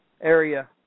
area